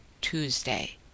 Tuesday